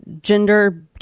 gender